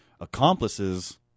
accomplices